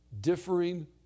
differing